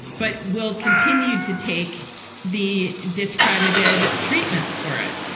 but will continue to take the discredited treatments for it.